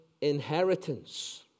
inheritance